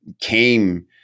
came